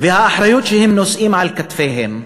והאחריות שהם נושאים על כתפיהם,